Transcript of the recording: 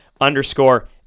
underscore